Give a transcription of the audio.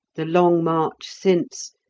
the long march since,